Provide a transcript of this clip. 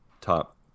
top